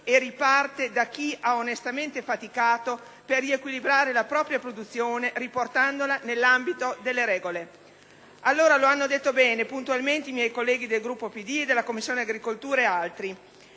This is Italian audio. e riparte da chi ha onestamente faticato per riequilibrare la propria produzione, riportandola nell'ambito delle regole. Lo hanno sostenuto bene e puntualmente i miei colleghi del Gruppo PD e della Commissione agricoltura, oltre